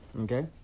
okay